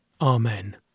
Amen